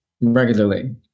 regularly